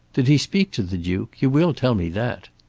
did he speak to the duke? you will tell me that.